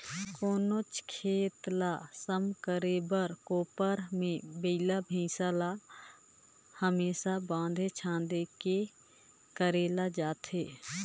कोनोच खेत ल सम करे बर कोपर मे बइला भइसा ल हमेसा बाएध छाएद के करल जाथे